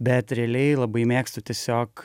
bet realiai labai mėgstu tiesiog